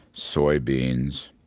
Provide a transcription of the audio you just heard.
soybeans,